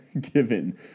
given